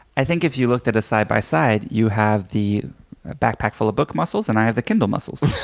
i think if you looked at a side by side, you have the backpack full of book muscles and i have the kindle muscles.